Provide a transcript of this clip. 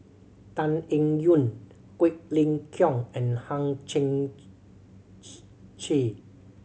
Tan Eng Yoon Quek Ling Kiong and Hang Chang Chieh